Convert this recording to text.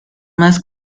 más